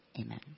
amen